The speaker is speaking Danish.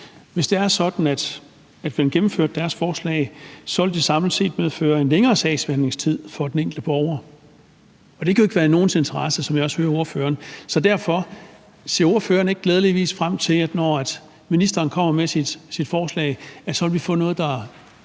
Hvis det var sådan, at man gennemførte udvalgets forslag, ville det samlet set medføre en længere sagsbehandlingstid for den enkelte borger. Og det kan jo ikke være i nogens interesse, som jeg også hører ordføreren sige. Så derfor vil jeg spørge: Ser ordføreren ikke med glæde frem til, at vi, når ministeren kommer med sit forslag, så vil få noget, der